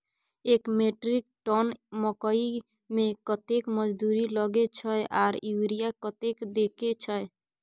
एक metric tonne मकई में कतेक मजदूरी लगे छै आर यूरिया कतेक देके छै?